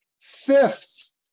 fifth